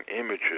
images